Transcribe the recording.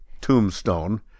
tombstone